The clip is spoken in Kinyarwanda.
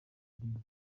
ngingo